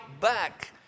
back